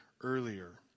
earlier